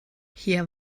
hier